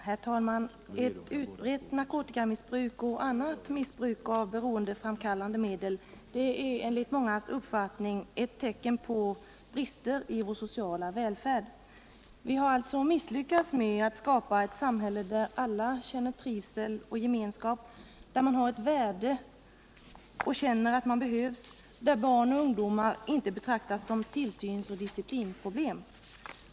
Herr talman! Ett utbrett narkotikamissbruk och annat missbruk av beroendeframkallande medel är enligt mångas uppfattning tecken på brister i vår sociala välfärd. Vi har alltså misslyckats med att skapa ett samhälle där alla känner trivsel och gemenskap, där man har ett värde och känner att man behövs, där barn - Nr 159 och ungdomar inte betraktas som tillsynsoch disciplinproblem.